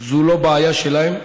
זאת לא בעיה שלהם.